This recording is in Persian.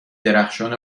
درخشان